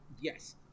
yes